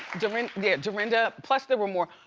i mean there. dorinda, plus there were more.